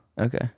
Okay